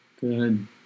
Good